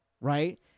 right